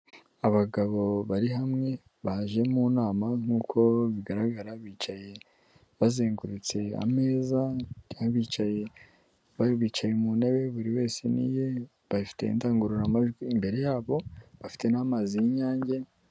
Abagabo bari hamwe baje mu nama nk'uko bigaragara bicaye bazengurutse ameza y'abicaye bari bicaye mu ntebe buri wese n'iye bafite indangururamajwi imbere y'abo bafite n'amazi y'INYANGE.